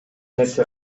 нерсе